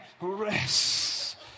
rest